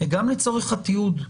גם לצורך התיעוד,